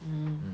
mm